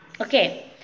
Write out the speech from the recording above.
Okay